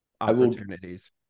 opportunities